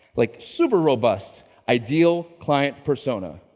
like super robust ideal client persona.